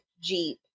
Jeep